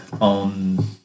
on